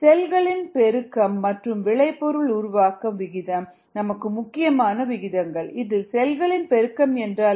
செல்களின் பெருக்கம் மற்றும் விளைபொருள் உருவாக்கம் விகிதம் நமக்கு முக்கியமான விகிதங்கள் இதில் செல்களின் பெருக்கம் என்றால் என்ன